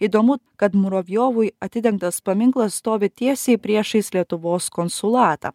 įdomu kad muravjovui atidengtas paminklas stovi tiesiai priešais lietuvos konsulatą